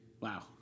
Wow